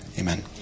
Amen